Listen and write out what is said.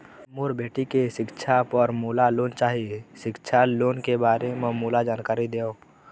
मोर बेटी के सिक्छा पर मोला लोन चाही सिक्छा लोन के बारे म मोला जानकारी देव?